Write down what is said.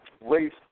race